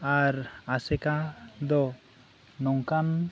ᱟᱨ ᱟᱥᱮᱠᱟ ᱫᱚ ᱱᱚᱝᱠᱟᱱ